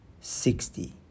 sixty